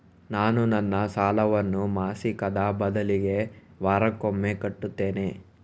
ನಾನು ನನ್ನ ಸಾಲವನ್ನು ಮಾಸಿಕದ ಬದಲಿಗೆ ವಾರಕ್ಕೊಮ್ಮೆ ಕಟ್ಟುತ್ತೇನೆ